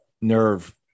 nerve